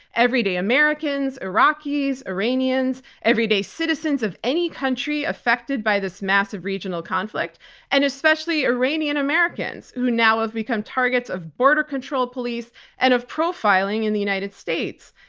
everyday americans, iraqis, iranians. everyday citizens of any country affected by this massive regional conflict and especially iranian-americans who now have become targets of border control police and of profiling in the united states.